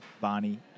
Bonnie